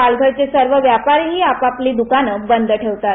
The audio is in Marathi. पालघर चे सर्व व्यापारीही आपापली दुकानं बंद ठेवतात